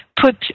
put